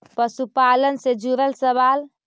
पशुपालन से जुड़ल सवाल?